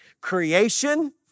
Creation